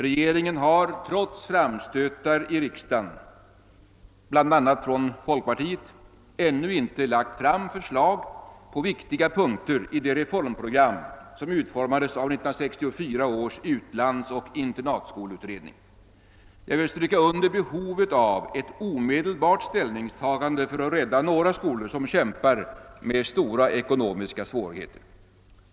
Regeringen har — trots framstötar i riksdagen, bl.a. från folkpartiet — ännu inte lagt fram förslag på viktiga punkter i det reformprogram som utformades av 1964 års utlandsoch internatskoleutredning. Jag vill stryka under behovet av ett omedelbart ställningstagande för att rädda några skolor som kämpar med stora ekonomiska svårigheter.